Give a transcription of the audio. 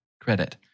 credit